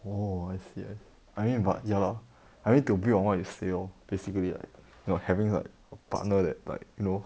oh I see I mean but ya I went to build on what you say lor basically like you know having like a partner that like you know